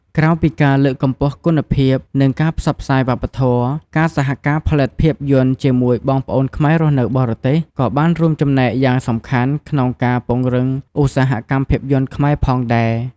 ក្រៅពីការលើកកម្ពស់គុណភាព និងការផ្សព្វផ្សាយវប្បធម៌ ការសហការផលិតភាពយន្តជាមួយបងប្អូនខ្មែររស់នៅបរទេស ក៏បានរួមចំណែកយ៉ាងសំខាន់ក្នុងការ ពង្រឹងឧស្សាហកម្មភាពយន្តខ្មែរ ផងដែរ។